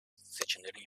seçimlerin